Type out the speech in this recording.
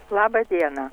laba diena